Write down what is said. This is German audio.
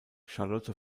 charlotte